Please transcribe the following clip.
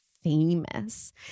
famous